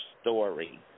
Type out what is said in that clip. story